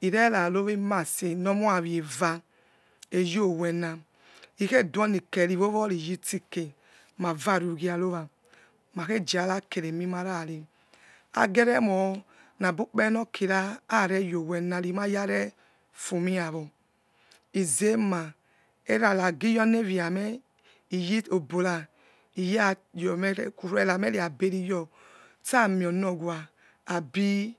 Irerarowemase nor moi ameva eyo wena ikheduonkeri iwowori yetsike mavario ughiarowa makhe jara kere mi morare agene mo nabu kpere nokira are yowena mimayarefumuiwo izma eranagiyor ne winmeh iyebora iyayomeruera meyra beriyo stamionowa abi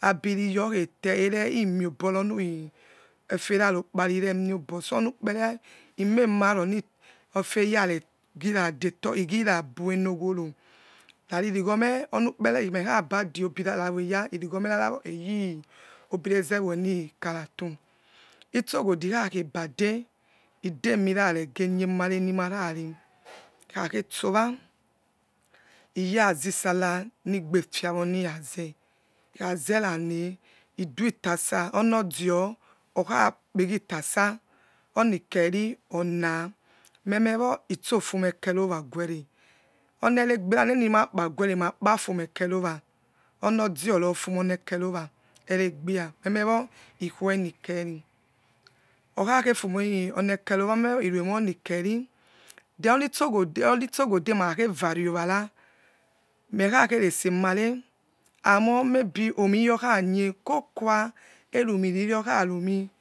abiriyor erchi miobo oniefer rokpa naremiobo onuk rere imemaroneferera rara giradetor igira buenoghoro rari iroghome onukpare mekhabedie ebirarowoya irighome rarawo eyi obirarawo eze wenikara tu itso ghode ikhakhebade idemi raredemare nirare ikhakheso wa iyazisella nigbefiawo nirazeh ikhazerane iduitasa onodio okha pagnitasa onikeri onah memewo itso fumi ekerowo guere oni ere gbiara nenimakpa guere makpa fumi ekerowa onodio rofumi onekerowa ereghi memewo ikuenikere okhakhe fumi oniekero meme woiru emonikeri then onitso ghode itso gode makha kevare owa ra mekhakherese mare amor may be omi yokhanye kokua erumi rigokharumi